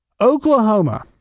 Oklahoma